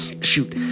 shoot